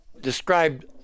described